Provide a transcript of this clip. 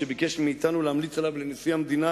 כשביקש מאתנו להמליץ עליו לנשיא המדינה